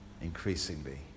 increasingly